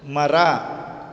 ಮರ